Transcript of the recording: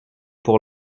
pour